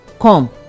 come